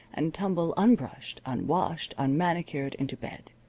and tumble, unbrushed, unwashed, unmanicured, into bed.